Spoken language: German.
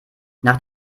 nach